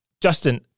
Justin